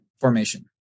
formation